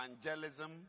evangelism